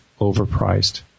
overpriced